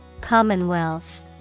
Commonwealth